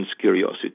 curiosity